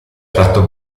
tratto